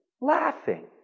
laughing